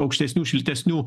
aukštesnių šiltesnių